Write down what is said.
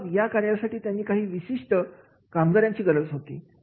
मग या कार्यासाठी त्यांना काही विशिष्ट कामगारांची गरज होती